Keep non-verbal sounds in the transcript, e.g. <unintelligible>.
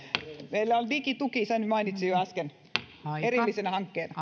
meillä on digituki sen mainitsin jo äsken erillisenä hankkeena <unintelligible>